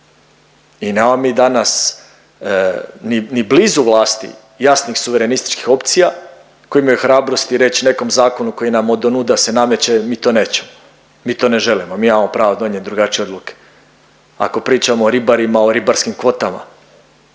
i nemamo mi danas ni blizu vlasti jasnih suverenističkih opcija koje imaju hrabrosti reći nekom zakonu koji nam odonuda se nameće, mi to nećemo, mi to ne želimo, mi imamo pravo donijeti drugačije odluke. Ako pričamo o ribarima, o ribarskim kvotama,